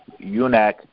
UNAC